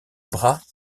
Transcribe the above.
bras